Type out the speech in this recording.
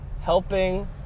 helping